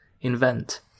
invent